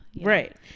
right